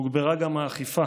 הוגברה גם האכיפה